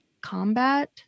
combat